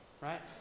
Right